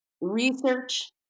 Research